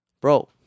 bro